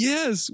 Yes